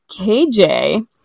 kj